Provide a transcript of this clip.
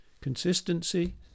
Consistency